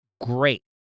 Great